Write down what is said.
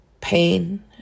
pain